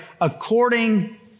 according